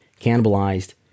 cannibalized